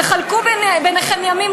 תחלקו ביניכם את הימים,